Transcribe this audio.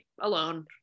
alone